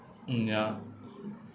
mm ya